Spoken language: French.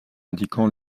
indiquant